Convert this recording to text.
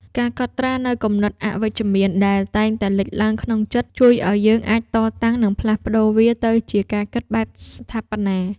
ការកត់ត្រានូវគំនិតអវិជ្ជមានដែលតែងតែលេចឡើងក្នុងចិត្ត ជួយឱ្យយើងអាចតតាំង និងផ្លាស់ប្តូរវាទៅជាការគិតបែបស្ថាបនា។